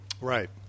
Right